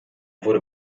wurde